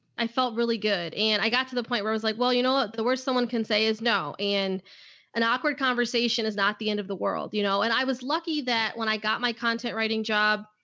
i felt really good. and i got to the point where i was like, well, you know what, ah the worst someone can say is no, and an awkward conversation is not the end of the world, you know? and i was lucky that when i got my content writing job,